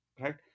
right